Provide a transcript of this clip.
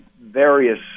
various